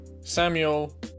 Samuel